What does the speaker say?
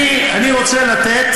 אני רוצה לתת,